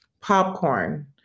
Popcorn